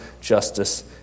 justice